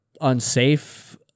unsafe